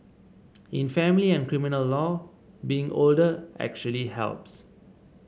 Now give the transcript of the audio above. in family and criminal law being older actually helps